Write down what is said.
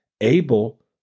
Abel